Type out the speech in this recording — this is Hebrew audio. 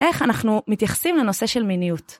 איך אנחנו מתייחסים לנושא של מיניות.